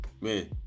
man